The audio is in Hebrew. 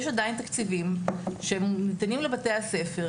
יש עדיין תקציבים שהם ניתנים לבתי-הספר.